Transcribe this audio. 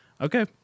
okay